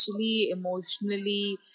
emotionally